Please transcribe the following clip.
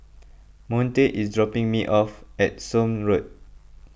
Monte is dropping me off at Somme Road